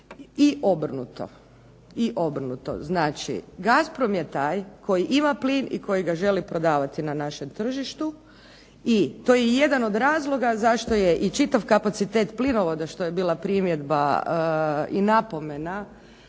i obrnuto. Znači, "Gasprom" je taj koji ima plin i koji ga želi prodavati na našem tržištu i to je jedan od razloga zašto je i čitav kapacitet plinovoda, što je bila primjedba i napomena